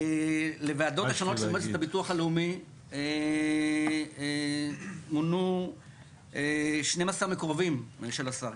לוועדות השונות במועצת הביטוח הלאומי מונו 12 מקורבים של השר,